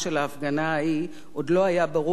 עוד לא היה ברור שעוד רגע,